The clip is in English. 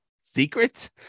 secret